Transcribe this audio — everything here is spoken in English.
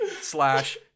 slash